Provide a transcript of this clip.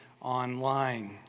online